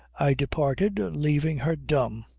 i departed leaving her dumb.